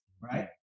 Right